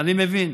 אני מבין.